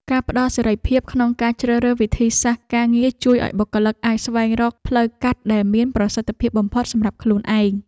ការផ្តល់សេរីភាពក្នុងការជ្រើសរើសវិធីសាស្ត្រការងារជួយឱ្យបុគ្គលិកអាចស្វែងរកផ្លូវកាត់ដែលមានប្រសិទ្ធភាពបំផុតសម្រាប់ខ្លួនឯង។